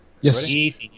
Yes